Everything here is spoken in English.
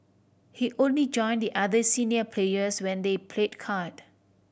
he only join the other senior players when they played card